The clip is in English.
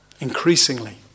Increasingly